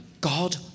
God